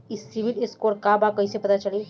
ई civil score का बा कइसे पता चली?